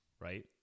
right